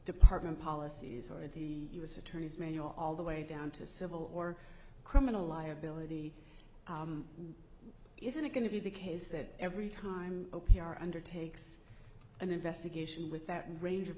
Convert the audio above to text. department policies or the u s attorney's manual all the way down to civil or criminal liability isn't it going to be the case that every time a p r undertakes an investigation with that range of